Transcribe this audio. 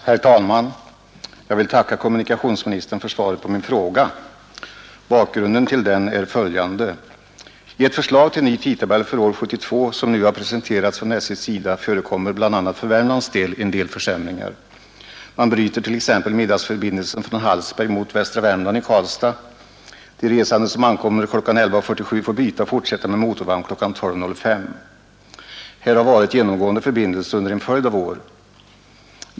Herr talman! Jag vill tacka kommunikationsministern för svaret på min fråga. Bakgrunden till den är följande. I ett förslag till ny tidtabell för år 1972 som nu har presenterats från SJ:s sida förekommer bl.a. för Värmlands del en del försämringar. Man bryter t.ex. middagsförbindelsen från Hallsberg mot Västra Värmland i Karlstad; de resande som ankommer kl. 11.47 får byta och fortsätta med motorvagn kl. 12.05. Här har varit genomgående förbindelse under en följd av år.